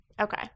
Okay